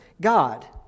God